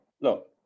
Look